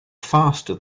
faster